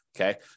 okay